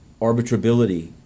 arbitrability